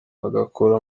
agakora